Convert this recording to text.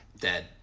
dead